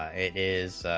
is